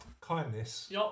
kindness